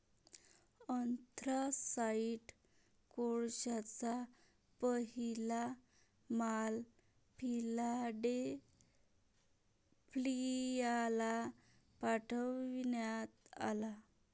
anthracite कोळशाचा पहिला माल फिलाडेल्फियाला पाठविण्यात आला